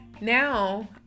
Now